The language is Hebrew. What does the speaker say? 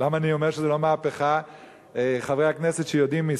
היא הקובעת את עוצמתה.